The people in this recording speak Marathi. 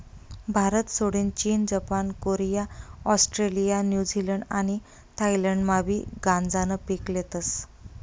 भारतसोडीन चीन, जपान, कोरिया, ऑस्ट्रेलिया, न्यूझीलंड आणि थायलंडमाबी गांजानं पीक लेतस